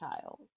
child